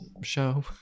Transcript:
show